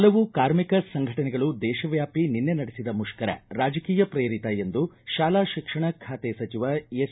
ಹಲವು ಕಾರ್ಮಿಕ ಸಂಘಟನೆಗಳು ದೇಶವ್ಯಾಪಿ ನಿನ್ನೆ ನಡೆಸಿದ ಮುಷ್ತರ ರಾಜಕೀಯ ಪ್ರೇರಿತ ಎಂದು ಶಾಲಾ ಶಿಕ್ಷಣ ಬಾತೆ ಸಚಿವ ಎಸ್